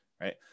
Right